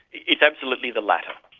it's absolutely the latter.